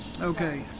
Okay